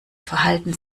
verhalten